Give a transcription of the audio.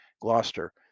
Gloucester